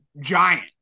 giant